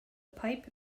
pipe